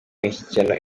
imishyikirano